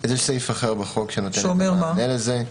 זה סעיף אחר בחוק שנותן מענה לזה.